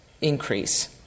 increase